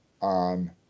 on